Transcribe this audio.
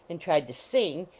and tried to sing,